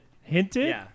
hinted